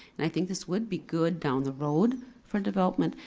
and i think this would be good down the road for development.